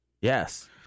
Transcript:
Yes